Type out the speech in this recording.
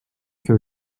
que